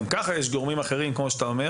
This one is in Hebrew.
גם ככה יש גורמים אחרים כמו שאתה אומר